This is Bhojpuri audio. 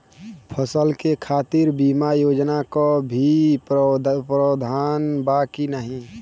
फसल के खातीर बिमा योजना क भी प्रवाधान बा की नाही?